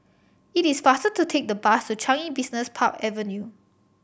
it is faster to take the bus to Changi Business Park Avenue